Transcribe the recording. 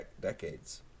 decades